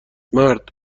مرد